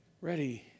ready